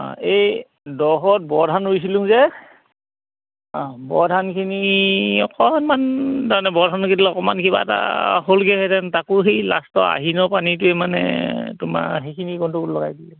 অ এই দহত বৰ ধান ৰুইছিলোঁ যে অ বৰ ধানখিনি অকণমান তাৰমানে বৰ ধান অকণমান কিবা এটা হ'লগেহেঁতেন তাকো সেই লাষ্টৰ আহিনৰ পানীটোৱে মানে তোমাৰ সেইখিনি গণ্ডগোল লগাই দিলে